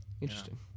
Interesting